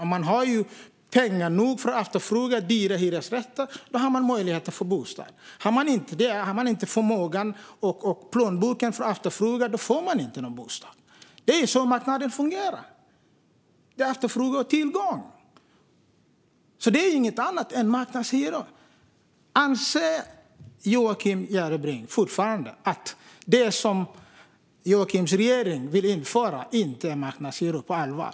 Om man har nog med pengar för att efterfråga dyra hyresrätter har man möjlighet att få bostad. Har man inte tillräcklig stor förmåga och plånbok för att efterfråga dyra hyresrätter får man inte någon bostad. Det är så marknaden fungerar. Det handlar om efterfrågan och tillgång. Det är alltså inget annat än marknadshyror. Anser Joakim Järrebring fortfarande på allvar att det som hans regering vill införa inte är marknadshyror?